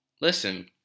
Listen